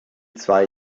zwei